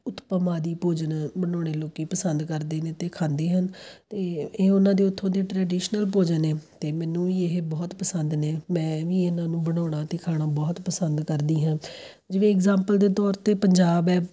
ਉਤਪਮ ਆਦਿ ਭੋਜਨ ਬਣਾਉਣੇ ਲੋਕ ਪਸੰਦ ਕਰਦੇ ਨੇ ਅਤੇ ਖਾਂਦੇ ਹਨ ਅਤੇ ਇਹ ਉਹਨਾਂ ਦੇ ਉੱਥੋਂ ਦੇ ਟ੍ਰਡੀਸ਼ਨਲ ਭੋਜਨ ਅਤੇ ਮੈਨੂੰ ਵੀ ਇਹ ਬਹੁਤ ਪਸੰਦ ਨੇ ਮੈਂ ਵੀ ਇਹਨਾਂ ਨੂੰ ਬਣਾਉਣਾ ਅਤੇ ਖਾਣਾ ਬਹੁਤ ਪਸੰਦ ਕਰਦੀ ਹਾਂ ਜਿਵੇਂ ਐਗਜਾਮਪਲ ਦੇ ਤੌਰ 'ਤੇ ਪੰਜਾਬ ਹੈ